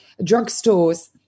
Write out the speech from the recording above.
drugstores